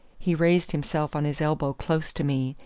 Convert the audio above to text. he raised himself on his elbow close to me,